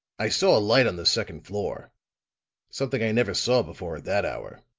i saw a light on the second floor something i never saw before at that hour.